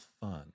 fun